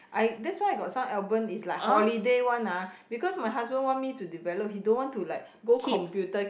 I that's why I got some album is like holiday one ah because my husband want me to develop he don't want to like go computer